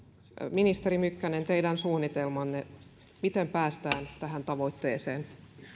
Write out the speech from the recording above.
ministeri mykkänen teidän suunnitelmanne miten päästään tähän tavoitteeseen